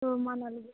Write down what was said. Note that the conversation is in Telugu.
సో మా నలుగురి